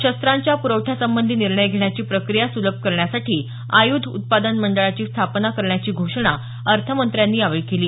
शस्त्रांच्या प्रवठ्यासंबंधी निर्णय घेण्याची प्रक्रिया सुलभ करण्यासाठी आयुध उत्पादन मंडळाची स्थापना करण्याची घोषणा अर्थमंत्र्यांनी यावेळी केली